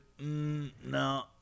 No